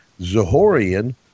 Zahorian